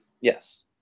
yes